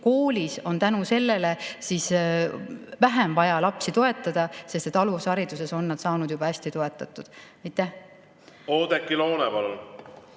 Koolis on tänu sellele siis vähem vaja lapsi toetada, sest alushariduses on nad saanud juba hästi toetatud. Aitäh! Tuletan